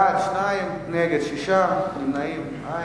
בעד, 2, נגד, 6, נמנעים, אין.